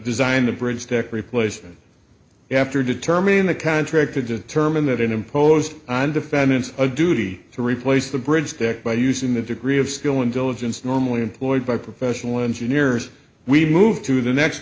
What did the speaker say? design the bridge deck replacement after determining the contracted to terminate imposed on defendants a duty to replace the bridge deck by using the degree of skill in diligence normally employed by professional engineers we move to the next